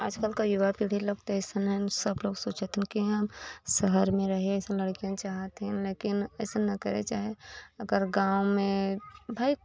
आज कल की युवा पीढ़ी लगता है इस समय सब लोग सोचते हैं कि यहाँ शहर में रहे ऐसे लड़कियों चाहत है लेकिन ऐसे ना करे चाहे अगर गाँव में भाई